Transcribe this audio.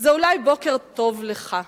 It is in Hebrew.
זה אולי בוקר טוב לך,